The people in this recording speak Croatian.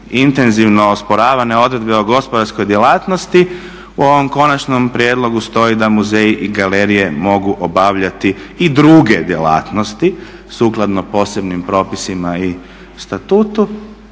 intenzivno osporavane odredbe o gospodarskoj djelatnosti u ovom konačnom prijedlogu stoji da muzeji i galerije mogu obavljati i druge djelatnosti sukladno posebnim propisima i statutu.